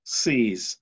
sees